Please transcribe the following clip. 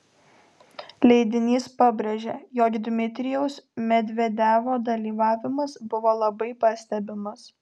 leidinys pabrėžia jog dmitrijaus medvedevo dalyvavimas buvo labai pastebimas